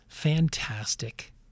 fantastic